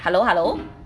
hello hello